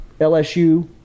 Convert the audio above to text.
LSU-